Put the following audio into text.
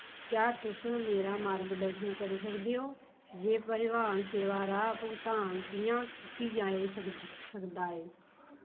क्या तुस मेरा मार्गदर्शन करी सकदे ओ जे परिवहन सेवा राहें भुगतान कि'यां कीता जाई सकदा ऐ